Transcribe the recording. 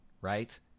right